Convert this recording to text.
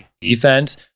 defense